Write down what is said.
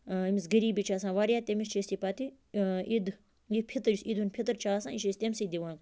ییٚمِس غریٖبی چھِ آسان واریاہ تٔمِس چھِ أسۍ یہِ پَتہٕ عیدٕ فِطر یُسعیٖدِ ہُنٛد فِطر چھِ آسان یہِ چھِ أسۍ تٔمسٕے دِوان